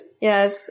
Yes